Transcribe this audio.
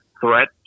threat